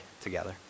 together